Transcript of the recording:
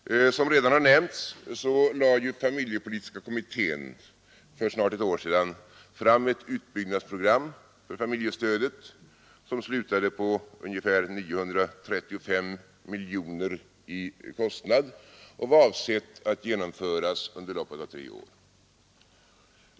Som redan nämnts lade familjepolitiska kommittén för snart ett år sedan fram ett utbyggnadsprogram för familjestödet, som skulle kosta ungefär 935 miljoner kronor och var avsett att genomföras under loppet av tre år.